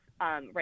right